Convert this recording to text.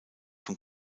von